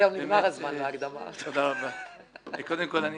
קודם כל אני